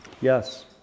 Yes